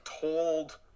told